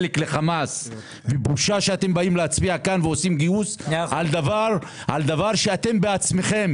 זו בושה שאתם באים להצביע כאן בעד וגם עושים גיוס על דבר שאתם בעצמכם